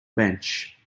bench